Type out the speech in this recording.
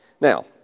Now